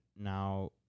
now